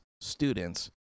students